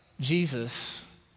Jesus